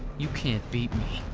you can't beat me.